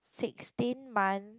sixteen month